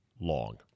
long